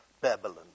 Babylon